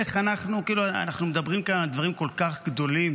אנחנו מדברים כאן על דברים כל כך גדולים.